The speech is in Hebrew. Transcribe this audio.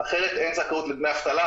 אחרת אין זכאות לדמי אבטלה.